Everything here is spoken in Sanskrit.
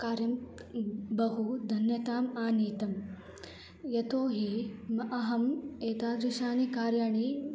कार्यं बहु धन्यताम् आनीतं यतोऽहि म् अहम् एतादृशानि कार्याणि